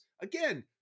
again